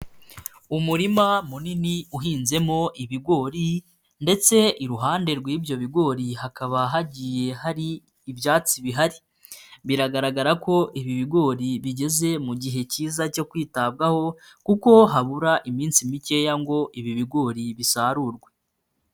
Umurima munini uhinzemo ibigori ndetse iruhande rw'ibyo bigori hakaba hagiye hari ibyatsi bihari. Biragaragara ko ibi bigori bigeze mu gihe kiza cyo kwitabwaho kuko habura iminsi mikeya ngo ibi bigori bisarurwe.